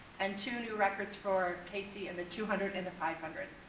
and two new records for casey and the two hundred and the five hundred.